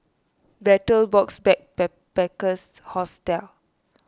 Betel Box Backpackers Hostel